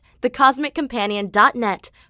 thecosmiccompanion.net